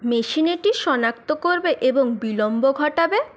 machine এটি শনাক্ত করবে এবং বিলম্ব ঘটাবে